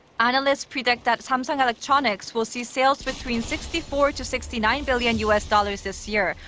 analysts predict that samsung electronics will see sales between sixty four to sixty nine billion us dollars this year,